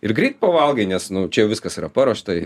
ir greit pavalgai nes nu čia jau viskas yra paruošta